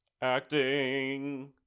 acting